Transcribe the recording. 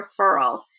referral